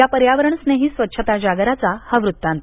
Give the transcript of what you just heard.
या पर्यावरणस्नेही स्वच्छता जागराचा हा वत्तांत